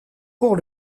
pour